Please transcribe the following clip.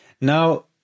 Now